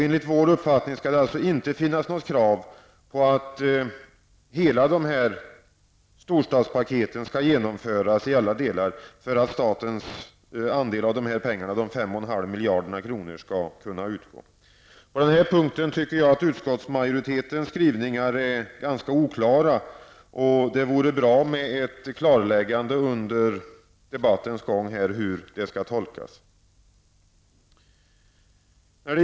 Enligt vår uppfattning skall det alltså inte finnas något krav på att de här storstadspaketen skall genomföras i alla delar för att statens andel, de 5,5 miljarder kronorna, skall kunna utgå. På den här punkten tycker jag att utskottsmajoritetens skrivningar är ganska oklara. Det vore bra med ett klarläggande under debattens gång av hur detta skall tolkas.